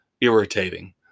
irritating